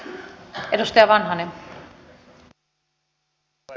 arvoisa puhemies